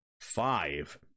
Five